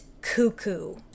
cuckoo